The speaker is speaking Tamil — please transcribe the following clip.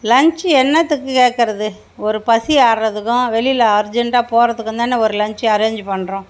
லன்ச்சு என்னத்துக்கு கேட்கறது ஒரு பசி ஆறுகிறதுக்கும் வெளியில் அர்ஜென்டாக போறத்துக்குந்தானே ஒரு லன்ச்சு அரேஞ்சு பண்றோம்